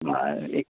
नाही एक